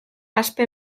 aspe